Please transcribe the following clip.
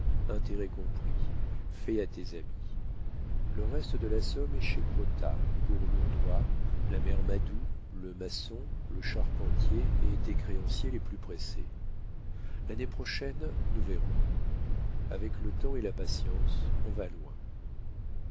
intérêts compris fait à tes amis le reste de la somme est chez crottat pour lourdois la mère madou le maçon le charpentier et tes créanciers les plus pressés l'année prochaine nous verrons avec le temps et la patience on va loin